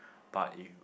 but if